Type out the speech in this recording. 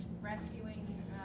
rescuing